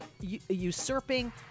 usurping